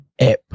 app